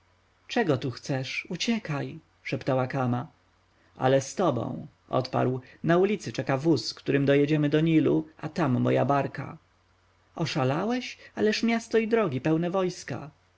czego tu chcesz uciekaj szeptała kama ale z tobą odparł na ulicy czeka wóz którym dojedziemy do nilu a tam moja barka oszalałeś ależ miasto i drogi pełne wojska